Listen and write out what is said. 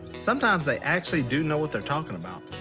sometimes they actually do know what they're talking about.